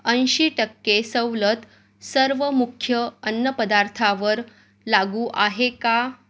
ऐंशी टक्के सवलत सर्व मुख्य अन्नपदार्थावर लागू आहे का